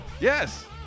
Yes